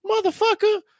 motherfucker